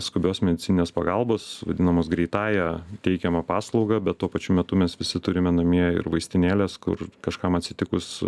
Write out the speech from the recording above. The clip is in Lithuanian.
skubios medicininės pagalbos vadinamos greitąja teikiamą paslaugą bet tuo pačiu metu mes visi turime namie ir vaistinėles kur kažkam atsitikus